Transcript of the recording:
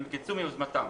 קיצצו מיוזמתן.